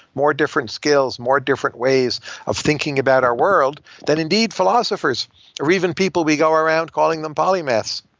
more different skills, more different ways of thinking about our world, that indeed philosophers or even people we go around calling them polymaths.